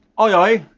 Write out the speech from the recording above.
ah aye